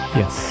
yes